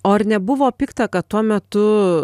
o ar nebuvo ta kad tuo metu